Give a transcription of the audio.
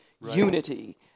unity